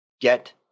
Get